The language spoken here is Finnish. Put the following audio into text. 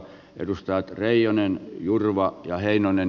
edustajat reijonen jurva ja heinonen